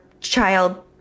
child